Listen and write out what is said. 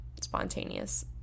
spontaneous